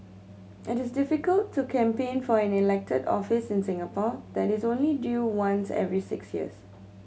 it is difficult to campaign for an elected office in Singapore that is only due once every six years